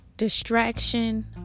Distraction